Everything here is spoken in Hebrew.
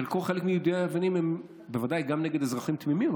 חלק מיידויי האבנים הם ודאי נגד אזרחים תמימים,